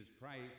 Christ